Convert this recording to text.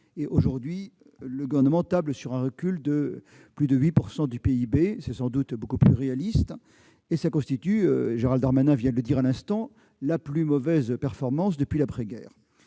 Aujourd'hui, le Gouvernement table sur un recul de plus de 8 % du PIB ; c'est sans doute beaucoup plus réaliste et cela constitue, Gérald Darmanin vient de le dire, la pire performance depuis l'après-guerre.